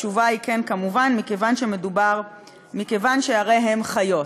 התשובה היא: כן, כמובן, מכיוון שהרי הם חיות.